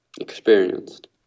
experienced